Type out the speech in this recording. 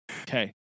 Okay